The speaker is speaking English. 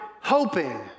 hoping